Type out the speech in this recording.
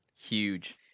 Huge